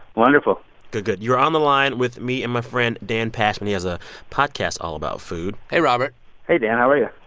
wonderful good, good. you're on the line with me and my friend dan pashman. he has a podcast all about food hey, robert hey, dan. how are you?